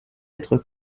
être